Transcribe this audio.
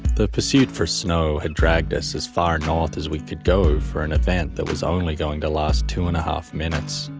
the pursuit for snow had dragged us as far north as we could go for an event that was only going to last two and a half minutes.